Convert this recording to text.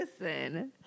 Listen